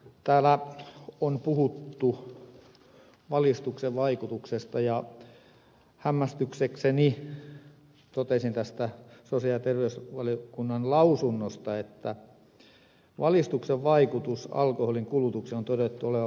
täällä on puhuttu valistuksen vaikutuksesta ja hämmästyksekseni totesin tästä sosiaali ja terveysvaliokunnan lausunnosta että valistuksen vaikutuksen alkoholin kulutukseen on todettu olevan varsin vähäistä